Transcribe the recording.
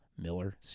Miller